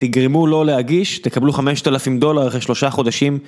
תגרמו לו להגיש, תקבלו 5,000 דולר אחרי שלושה חודשים.